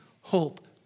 hope